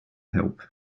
help